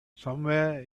somewhere